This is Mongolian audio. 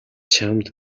чамд